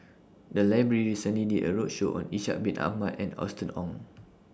The Library recently did A roadshow on Ishak Bin Ahmad and Austen Ong